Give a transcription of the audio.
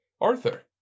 Arthur